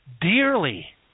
dearly